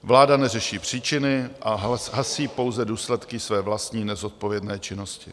Vláda neřeší příčiny a hasí pouze důsledky své vlastní nezodpovědné činnosti.